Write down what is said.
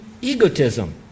egotism